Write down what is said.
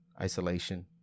isolation